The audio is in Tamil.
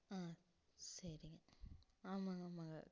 ஆ சரிங்க ஆமாங்க ஆமாங்க